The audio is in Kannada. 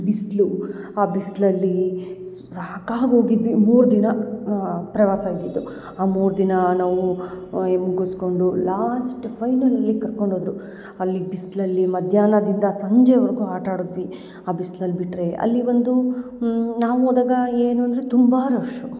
ಬಿಸ್ಲು ಆ ಬಿಸ್ಲಲ್ಲಿ ಸಾಕಾಗ್ ಓಗಿದ್ವಿ ಮೂರ್ ದಿನ ಪ್ರವಾಸ ಇದಿತು ಆ ಮೂರ್ ದಿನ ನಾವು ಆ ಏ ಮುಗುಸ್ಕೊಂಡು ಲಾಸ್ಟ್ ಫೈನಲ್ ಅಲ್ಲಿ ಕರ್ಕೊಂಡ್ ಓದ್ರು ಅಲ್ಲಿ ಬಿಸ್ಲಲ್ಲಿ ಮದ್ಯಾನದಿಂದ ಸಂಜೆವರ್ಗು ಆಟ ಆಡದ್ವಿ ಆ ಬಿಸ್ಲಲ್ ಬಿಟ್ರೆ ಅಲ್ಲಿ ಒಂದು ನಾವ್ ಓದಾಗ ಏನು ಅಂದ್ರೆ ತುಂಬಾ ರಶ್ಶು